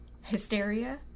hysteria